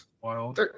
Wild